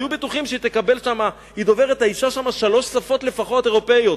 האשה דוברת לפחות שלוש שפות אירופיות.